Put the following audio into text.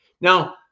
Now